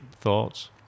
thoughts